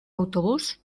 autobús